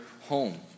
home